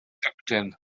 gapten